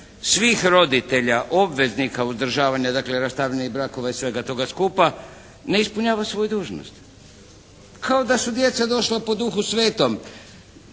svih roditelja obveznika uzdržavanja, dakle rastavljenih brakova i svega toga skupa ne ispunjava svoju dužnost. Kao da su djeca došla po Duhu Svetom.